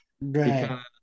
Right